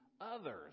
others